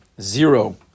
zero